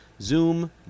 zoom